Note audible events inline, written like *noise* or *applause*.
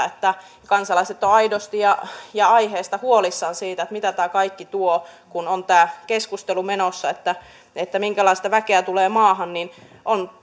*unintelligible* että kansalaiset ovat aidosti ja ja aiheesta huolissaan siitä mitä tämä kaikki tuo kun on tämä keskustelu menossa minkälaista väkeä tulee maahan